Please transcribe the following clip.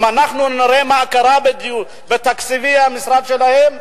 אם נראה מה קרה בתקציבי המשרד שלהם,